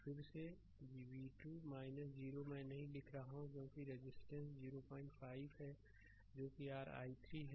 फिर से v2 0 मैं नहीं लिख रहा हूँ क्योंकि रजिस्टेंस 05 है जो कि r i3 है